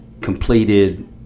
completed